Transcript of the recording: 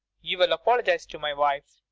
you will apologise to my wife.